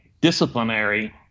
disciplinary